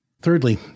Thirdly